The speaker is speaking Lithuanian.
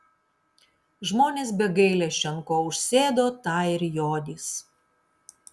žmonės be gailesčio ant ko užsėdo tą ir jodys